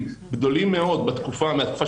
מאוד ציפיתי לקבל את חוות הדעת הזו,